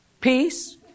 peace